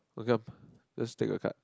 okay lor let's take a card